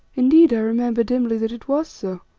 indeed i remember dimly that it was so,